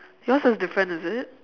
yours is different is it